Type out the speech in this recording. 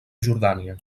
jordània